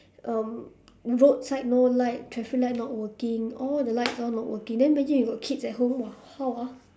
um roadside no light traffic light not working all the lights all not working then imagine you got kids at home !wah! how ah